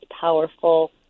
powerful